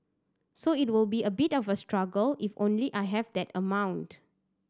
so it will be a bit of a struggle if only I have that amount